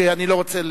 שאני לא רוצה,